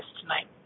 tonight